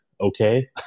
okay